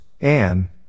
Anne